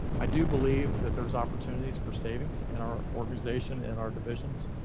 i do believe that there's opportunities for savings in our organization and our divisions,